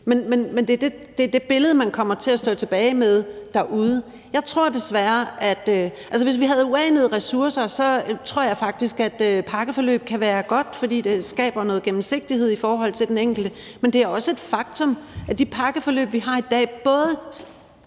men det er det billede, man kommer til at stå tilbage med derude. Hvis vi havde uanede ressourcer, tror jeg faktisk, at pakkeforløb kunne være gode, fordi de skaber noget gennemsigtighed for den enkelte, men det er også et faktum, at de pakkeforløb, vi har i dag, har